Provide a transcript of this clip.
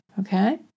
Okay